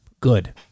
Good